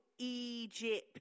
Egypt